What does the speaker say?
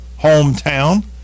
hometown